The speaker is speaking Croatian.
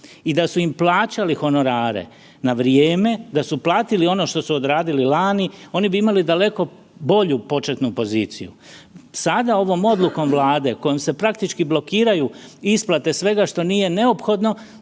i da su im plaćali honorare na vrijeme, da su platili ono što su odradili lani, oni bi imali daleko bolju početnu poziciju. Sada ovom odlukom Vlade kojom se praktički blokiraju isplate svega što nije neophodno